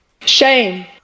Shame